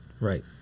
Right